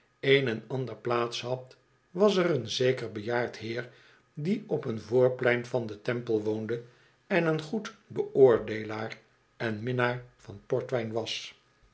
een en ander plaats had was er een zeker bejaard heer die op een voorplein van den temple woonde en een goed beoordeelaar en minnaar van portwijn was